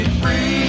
free